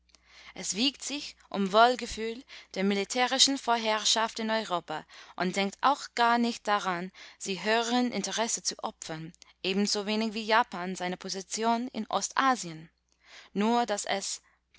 es wiegt sich im wohlgefühl der militärischen vorherrschaft in europa und denkt auch gar nicht daran sie höheren interessen zu opfern ebensowenig wie japan seine position in ostasien nur daß es